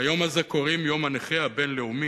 ליום הזה קוראים "יום הנכה הבין-לאומי",